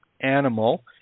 animal